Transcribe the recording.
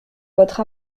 votre